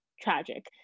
tragic